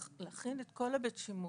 להכין את כל בית השימוש.